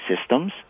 systems